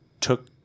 took